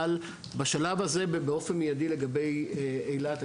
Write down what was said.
אבל בשלב הזה ובאופן מידי לגבי אילת,